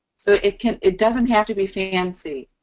so, it can, it doesn't have to be fancy.